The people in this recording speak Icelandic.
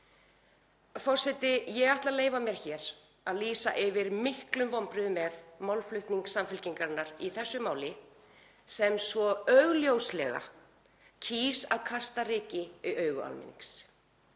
Forseti. Ég ætla að leyfa mér hér að lýsa yfir miklum vonbrigðum með málflutning Samfylkingarinnar í þessu máli sem svo augljóslega kýs að kasta ryki í augu almennings.